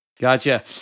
Gotcha